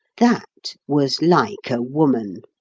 that was like a woman.